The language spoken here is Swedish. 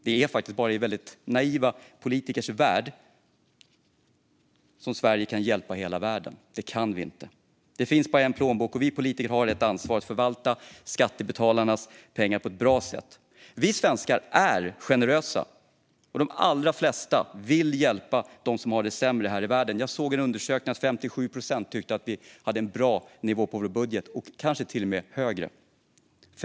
Det är faktiskt bara i väldigt naiva politikers värld som Sverige kan hjälpa hela världen. Det kan vi inte. Det finns bara en plånbok, och vi politiker har ett ansvar att förvalta skattebetalarnas pengar på ett bra sätt. Vi svenskar är generösa, och de allra flesta vill hjälpa dem som har det sämre här i världen. Jag såg i en undersökning att 57 procent tyckte att vi hade en bra nivå på vår budget - kanske till och med högre.